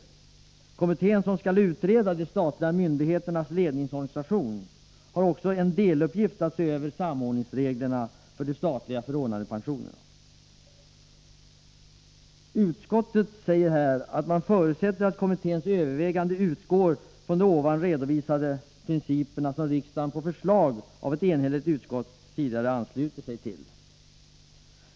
Den kommitté som skall utreda de statliga myndigheternas ledningsorganisation har också som deluppgift att se över samordningsreglerna för de statliga förordnandepensionerna. Utskottet säger att man ”förutsätter att kommitténs övervägande utgår från de ovan redovisade principerna som riksdagen på förslag av ett enhälligt utskott anslutit sig till”.